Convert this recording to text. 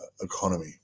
economy